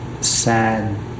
sad